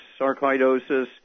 sarcoidosis